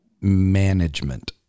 management